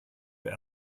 your